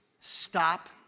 Stop